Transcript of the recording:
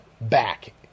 back